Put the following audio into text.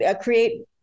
create